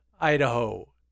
Idaho